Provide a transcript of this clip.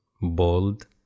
bold